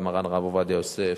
למרן הרב עובדיה יוסף,